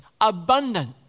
abundant